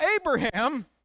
Abraham